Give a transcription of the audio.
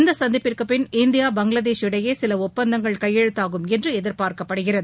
இந்த சந்திப்பிற்குபின் இந்தியா பங்களாதேஷ் இடையே சில ஒப்பந்தங்கள் கையெழுத்தாகும் என்று எதிர்பார்க்கப்படுகிறது